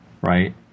right